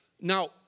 Now